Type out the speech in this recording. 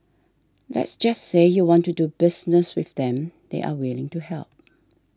let's just say you want to do business with them they're willing to help